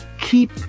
keep